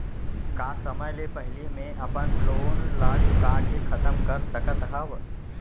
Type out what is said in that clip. का समय ले पहिली में अपन लोन ला चुका के खतम कर सकत हव?